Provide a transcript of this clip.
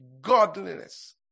godliness